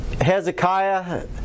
Hezekiah